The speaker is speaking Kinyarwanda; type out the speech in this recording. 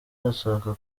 arashaka